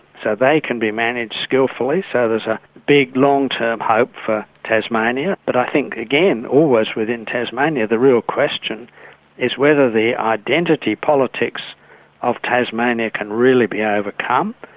so they can be managed skilfully so there's a big long-term hope for tasmania. but i think again always within tasmania the real question is whether the identity politics of tasmania can really be overcome.